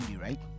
Right